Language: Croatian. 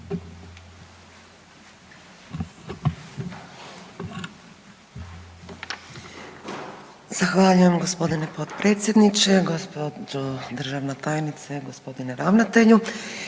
Zahvaljujem gospodine potpredsjedniče. Gospođo državna tajnice, gospodine ravnatelju,